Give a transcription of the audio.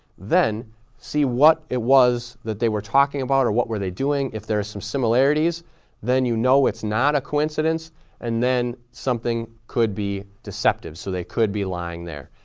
then see what it was that they were talking about or what were they doing, if there are some similarities then you know it's not a coincidence and then something could be deceptive, so they could be lying there.